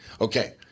Okay